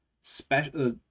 special